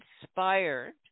inspired